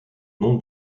nom